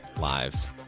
lives